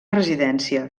residència